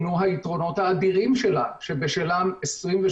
לווה בקו חם שייתן מענה לבעיות כלכליות